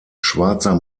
schwarzer